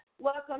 welcome